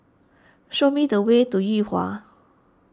show me the way to Yuhua